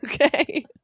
okay